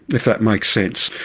if that makes sense.